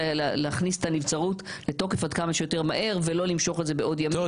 להכניס את הנבצרות לתוקף עד כמה שיותר מהר ולא למשוך את זה בעוד ימים.